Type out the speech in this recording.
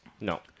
No